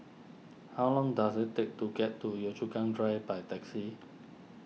how long does it take to get to Yio Chu Kang Drive by taxi